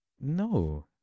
No